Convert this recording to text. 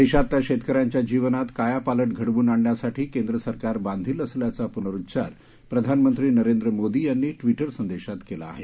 देशातल्या शेतकऱ्यांच्या जीवनात कायापालट घडवून आणण्यासाठी केंद्रसरकार बांधिल असल्याचा पुनरुच्चार प्रधानमंत्री नरेंद्र मोदी यांनी ट्विटर संदेशात केला आहे